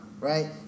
right